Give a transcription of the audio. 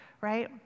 right